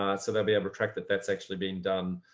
ah they'll be able to track that that's actually been done.